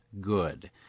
good